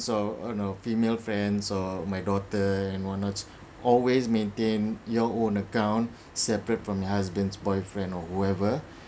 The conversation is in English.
so uh no female friends or my daughter and what not always maintain your own account separate from your husband boyfriend or whoever